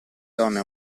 donna